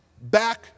back